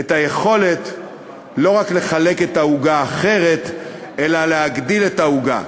את היכולת לא רק לחלק את העוגה אחרת אלא להגדיל את העוגה,